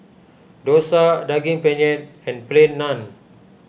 Dosa Daging Penyet and Plain Naan